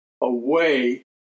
away